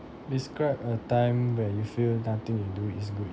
describe a time where you feel nothing you do is good